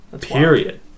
Period